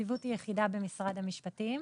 הנציבות היא יחידה במשרד המשפטים.